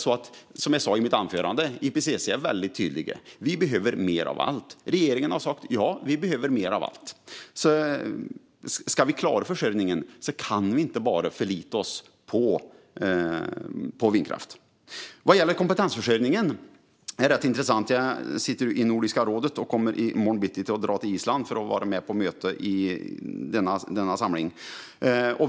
Som jag sa i mitt anförande är IPCC väldigt tydligt: Vi behöver mer av allt. Även regeringen har sagt att vi behöver mer av allt. Om vi ska klara försörjningen kan vi inte bara förlita oss på vindkraft. Låt mig gå över till kompetensförsörjningen. Jag sitter i Nordiska rådet och kommer i morgon bitti att dra till Island för att vara med på möte i denna samling.